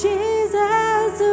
Jesus